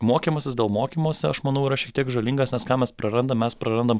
mokymasis dėl mokymosi aš manau yra šiek tiek žalingas nes ką mes prarandam mes prarandam